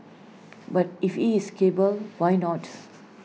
but if he is cable why not